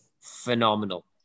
phenomenal